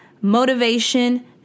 Motivation